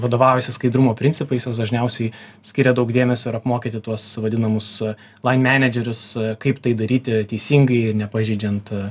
vadovaujasi skaidrumo principais jos dažniausiai skiria daug dėmesio ir apmokyti tuos vadinamus laimenedžerius kaip tai daryti teisingai nepažeidžiant